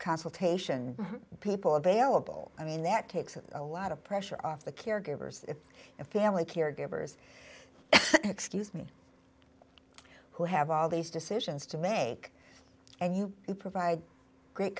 consultation people available i mean that takes a lot of pressure off the caregivers and family caregivers excuse me who have all these decisions to make and you provide great